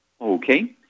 Okay